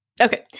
okay